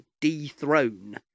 dethrone